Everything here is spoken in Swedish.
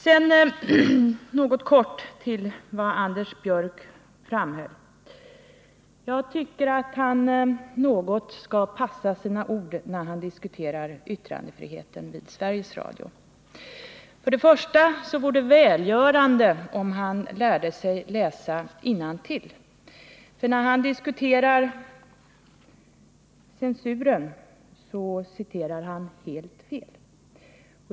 Några ord med anledning av vad Anders Björck yttrade. Jag tycker att Anders Björck något bör väga sina ord när han diskuterar yttrandefriheten vid Sveriges Radio. Först vill jag säga att det vore välgörande, om han lärde sig att läsa rätt innantill, ty när han diskuterade censuren citerade han helt fel.